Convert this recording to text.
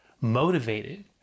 motivated